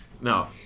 No